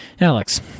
Alex